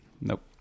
nope